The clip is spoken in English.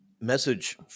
message